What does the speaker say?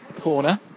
corner